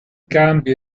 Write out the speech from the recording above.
cambio